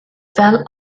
fel